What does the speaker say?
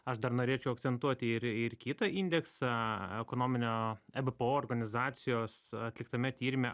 aš dar norėčiau akcentuoti ir ir kitą indeksą ekonominio ebpo organizacijos atliktame tyrime